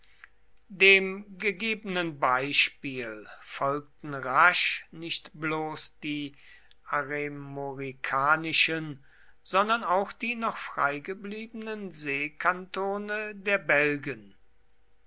dem gegebenen beispiel folgten rasch nicht bloß die aremoricanischen sondern auch die noch freigebliebenen seekantone der belgen